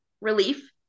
relief